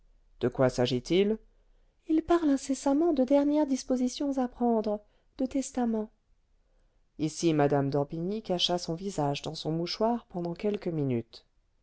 de quoi s'agit-il il parle incessamment de dernières dispositions à prendre de testament ici mme d'orbigny cacha son visage dans son mouchoir pendant quelques minutes